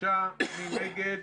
מי נגד?